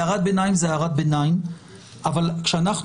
הערת ביניים היא הערת ביניים אבל כשאנחנו